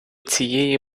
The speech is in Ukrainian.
цієї